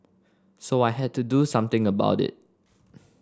so I had to do something about it